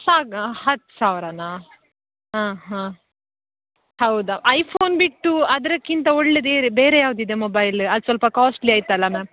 ಸಾಗ ಹತ್ತು ಸಾವಿರನ ಹಾಂ ಹಾಂ ಹೌದಾ ಐಫೋನ್ ಬಿಟ್ಟು ಅದಕ್ಕಿಂತ ಒಳ್ಳೇದು ಬೇರೆ ಬೇರೆ ಯಾವುದಿದೆ ಮೊಬೈಲ ಅದು ಸ್ವಲ್ಪ ಕಾಸ್ಟ್ಲಿ ಆಯ್ತಲ್ಲ ಮ್ಯಾಮ್